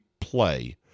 play